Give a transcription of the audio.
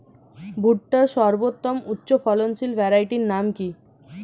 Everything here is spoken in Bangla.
ভুট্টার সর্বোত্তম উচ্চফলনশীল ভ্যারাইটির নাম কি?